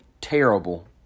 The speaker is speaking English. terrible